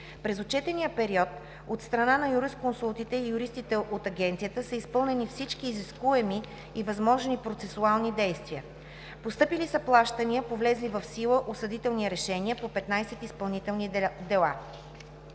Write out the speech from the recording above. През отчетния период от страна на юрисконсултите и юристите от Агенцията са изпълнени всички изискуеми и възможни процесуални действия. Постъпили са плащания по влезли в сила осъдителни решения по 15 изпълнителни дела.